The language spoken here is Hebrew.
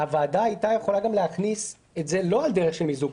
הוועדה הייתה יכולה להכניס את זה לא על דרך של מיזוג.